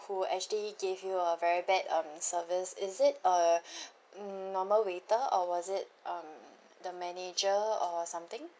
who actually gave you a very bad um service is it a mm normal waiter or was it um the manager or something